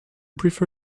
prefer